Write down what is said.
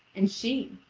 and she,